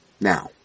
Now